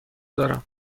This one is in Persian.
دارم